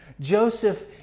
Joseph